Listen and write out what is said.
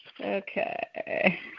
Okay